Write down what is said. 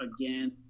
again